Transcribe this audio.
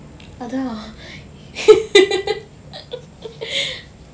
அதான்:athaan